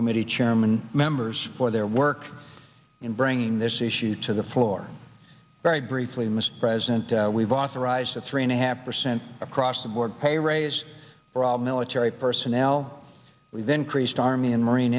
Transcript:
committee chairman members for their work in bringing this issue to the floor very briefly mr president we've authorized a three and a half percent across the board pay raise for all military personnel we've increased army and marine